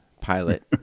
Pilot